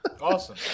Awesome